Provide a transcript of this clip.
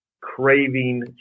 craving